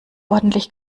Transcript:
ordentlich